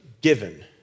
given